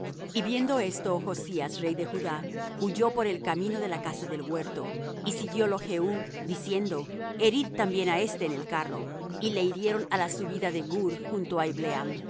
y viendo esto ochzías rey de judá huyó por el camino de la casa del huerto y siguiólo jehú diciendo herid también á éste en el carro y le hirieron á la subida de gur junto á